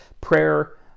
prayer